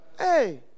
Hey